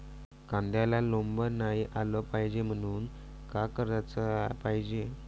कांद्याला कोंब नाई आलं पायजे म्हनून का कराच पायजे?